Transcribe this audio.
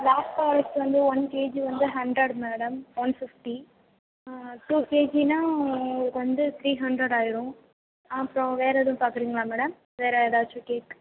block forest வந்து one KG வந்து hundred madam one fifty two கேஜினால் உங்களுக்கு வந்து த்ரீ ஹண்ட்ரட் ஆயிடும் அப்புறம் வேற எதுவும் பார்க்குறீங்களா மேடம் வேற ஏதாச்சும் கேக்